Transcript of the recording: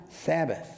Sabbath